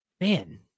Man